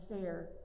fair